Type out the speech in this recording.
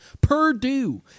Purdue